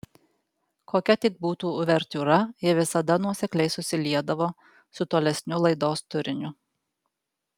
kokia tik būtų uvertiūra ji visada nuosekliai susiliedavo su tolesniu laidos turiniu